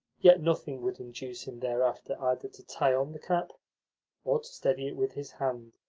yet nothing would induce him thereafter either to tie on the cap or to steady it with his hand,